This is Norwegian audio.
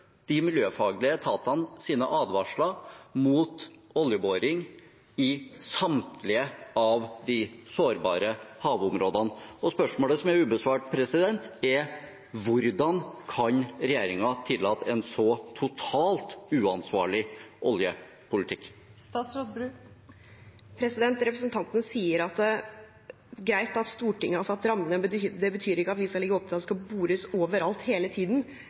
de miljøfaglige etatenes advarsler mot oljeboring i samtlige av de sårbare havområdene. Spørsmålet som står ubesvart, er: Hvordan kan regjeringen tillate en så totalt uansvarlig oljepolitikk? Representanten sier at greit, Stortinget har satt rammene, men det betyr ikke at vi skal legge opp til at det skal bores overalt hele tiden.